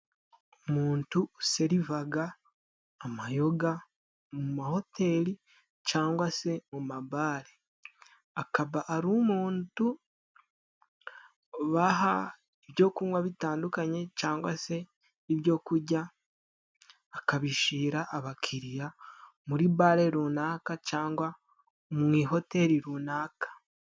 Umuntu userivaga amayoga mu mahoteli cyangwa se mu mabare. Akaba ari umundu baha ibyo kunywa bitandukanye cyangwa se ibyo kurya akabishira abakiriya muri bare runaka cyangwa mu ihoteli runaka.